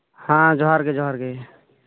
ᱦᱮᱸ ᱡᱚᱦᱟᱨ ᱜᱮ ᱡᱚᱦᱟᱨ ᱜᱮ